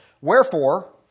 Wherefore